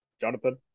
Jonathan